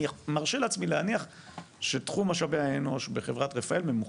אני מרשה לעצמי להניח שתחום משאבי האנוש בחברת "רפאל" הוא ממוחשב.